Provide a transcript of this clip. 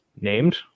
Named